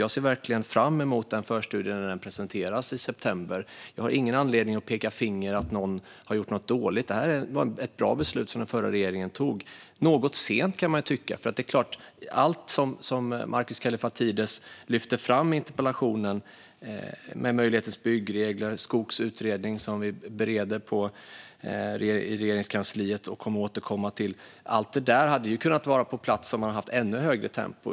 Jag ser verkligen fram emot den förstudien, som ska presenteras i september. Jag har ingen anledning att peka finger och säga att någon har gjort något dåligt. Detta var ett bra beslut som den förra regeringen tog - om än något sent, kan man tycka. Allt det som Markus Kallifatides lyfter fram i interpellationen, som Möjligheternas byggregler och Skogs utredning, som vi bereder i Regeringskansliet och kommer att återkomma till, hade ju kunnat vara på plats om man hade haft ännu högre tempo.